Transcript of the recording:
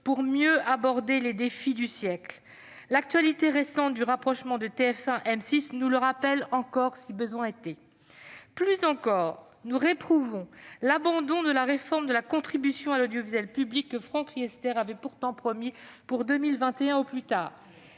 pour mieux aborder les défis du siècle. L'actualité récente, marquée par le rapprochement de TF1 et de M6, nous le rappelle encore, si besoin était ! Plus encore, nous réprouvons l'abandon de la réforme de la contribution à l'audiovisuel public que Franck Riester avait pourtant promise pour 2021 au plus tard.